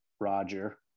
Roger